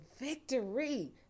victory